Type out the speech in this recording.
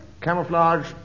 camouflage